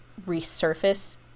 resurface